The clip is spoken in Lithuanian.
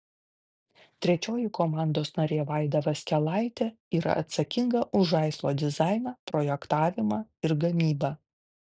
trečioji komandos narė vaida vaskelaitė yra atsakinga už žaislo dizainą projektavimą ir gamybą